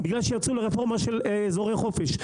בגלל שיצאו לרפורמה של אזורי חופש.